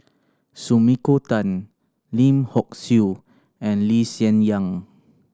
Sumiko Tan Lim Hock Siew and Lee Hsien Yang